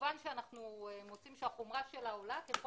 כמובן שאנחנו מוצאים שהחומרה שלה עולה ככל